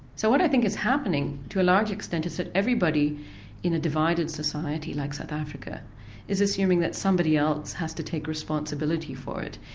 so what i think is happening to a large extent is that everybody in a divided society like south africa is assuming that somebody else has to take responsibility for it.